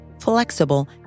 flexible